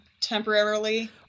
temporarily